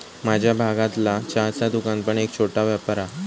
माझ्या भागतला चहाचा दुकान पण एक छोटो व्यापार हा